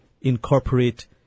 incorporate